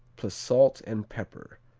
plus salt and pepper,